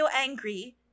angry